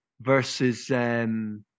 versus